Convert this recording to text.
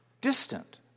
distant